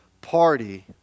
party